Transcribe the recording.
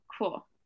Cool